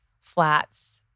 flats